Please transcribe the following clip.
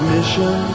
Mission